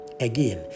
Again